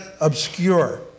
obscure